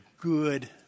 good